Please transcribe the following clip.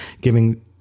giving